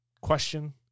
question